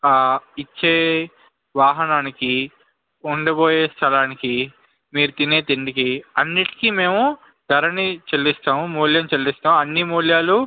ఇచ్చే వాహనానికి ఉండబోయే స్థలానికి మీరు తినే తిండికి అన్నింటికీ మేము ధరని చెల్లిస్తాము మూల్యం చెల్లిస్తాము అన్ని ముల్యాలు